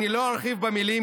אני לא ארחיב במילים,